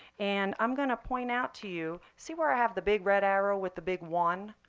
and i'm going to point out to you see where i have the big red arrow with the big one?